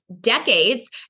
decades